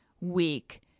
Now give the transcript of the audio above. week